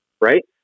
right